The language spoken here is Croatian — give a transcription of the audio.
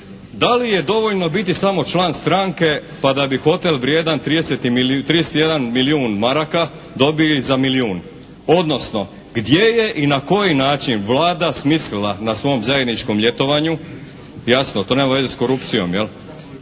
Da li je dovoljno biti samo član stranke pa da bi hotel vrijedan 31 milijun maraka dobili za milijun? Odnosno gdje je i na koji način Vlada smislila na svom zajedničkom ljetovanju, jasno to nema veze sa korupcijom jel',